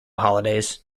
holidays